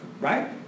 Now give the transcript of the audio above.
Right